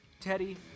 Teddy